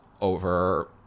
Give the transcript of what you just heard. over